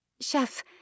Chef